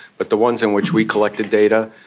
but the ones in which we collected data,